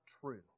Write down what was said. true